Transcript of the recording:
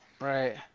Right